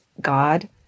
God